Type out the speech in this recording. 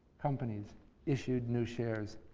companies issued new shares